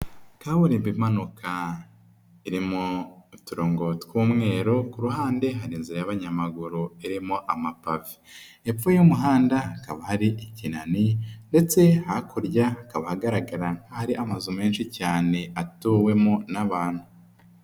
Kaburimbo imanuka irimo uturongo tw'umweru, ku ruhande hari inzira y'abanyamaguru irimo amapave, hepfo y'umuhanda hakaba hari ikinani ndetse hakurya hakaba hagaragara nk'ahari amazu menshi cyane atuwemo n'abantu.